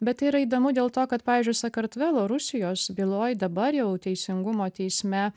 bet tai yra įdomu dėl to kad pavyzdžiui sakartvelo rusijos byloj dabar jau teisingumo teisme